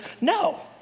No